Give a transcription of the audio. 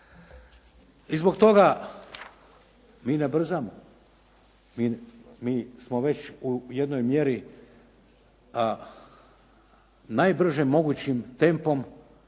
I zbog toga mi ne brzamo. Mi smo već u jednoj mjeri, a najbržim mogućim tempom,